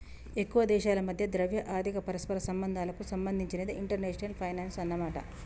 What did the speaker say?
ఎక్కువ దేశాల మధ్య ద్రవ్య ఆర్థిక పరస్పర సంబంధాలకు సంబంధించినదే ఇంటర్నేషనల్ ఫైనాన్సు అన్నమాట